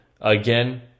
Again